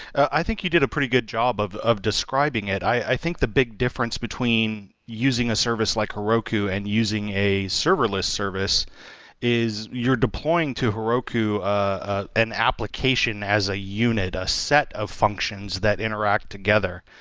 i think you did a pretty good job of of describing it. i think the big difference between using a service like heroku and using a serverless service is you're deploying to heroku an application as a unit, a a set of functions that interact together.